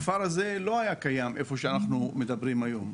הכפר הזה לא היה קיים איפה שאנחנו מדברים היום,